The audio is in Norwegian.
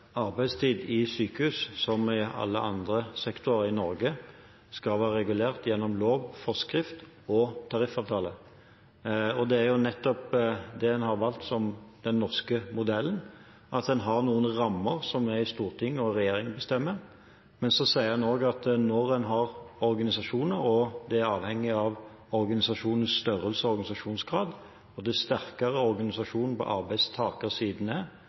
arbeidstid i sykehus, som i alle andre sektorer i Norge, skal være regulert gjennom lov, forskrift og tariffavtale. Det er nettopp det en har valgt som den norske modellen. En har altså noen rammer som Stortinget og regjeringen bestemmer. Så sier en også at en har organisasjoner, og det er avhengig av organisasjonens størrelse og organisasjonsgrad. Dess sterkere organisasjonene på arbeidstakersiden er,